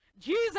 Jesus